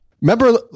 Remember